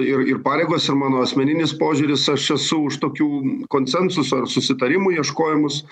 ir ir pareigos ir mano asmeninis požiūris aš esu už tokių konsensuso ar susitarimų ieškojimus